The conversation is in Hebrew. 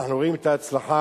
אנחנו רואים את ההצלחה.